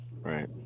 Right